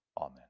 Amen